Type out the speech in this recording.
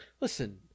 listen